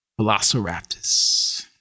Velociraptors